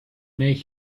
make